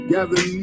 Gather